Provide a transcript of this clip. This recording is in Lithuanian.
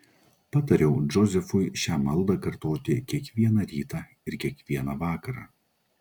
patariau džozefui šią maldą kartoti kiekvieną rytą ir kiekvieną vakarą